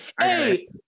hey